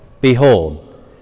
Behold